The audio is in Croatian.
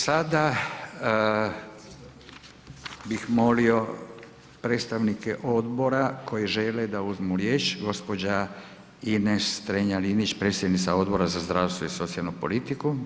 Sada bih molio predstavnike odbora koji žele da uzmu riječ, gospođa Ines Strenja-Linić predsjednica Odbora za zdravstvo i socijalnu politiku.